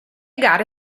gare